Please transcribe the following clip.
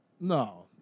No